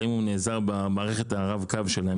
האם הוא נעזר במערכת הרב-קו שלהם.